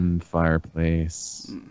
Fireplace